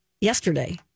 yesterday